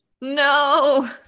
no